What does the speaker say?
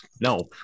No